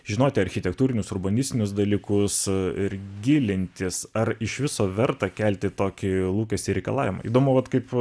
žinoti architektūrinius urbanistinius dalykus ir gilintis ar iš viso verta kelti tokį lūkestį reikalaujame įdomu vat kaip